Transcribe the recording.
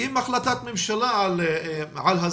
עם החלטת ממשלה על ההסדרה.